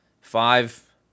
Five